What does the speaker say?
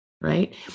right